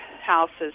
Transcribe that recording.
houses